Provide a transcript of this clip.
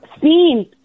seen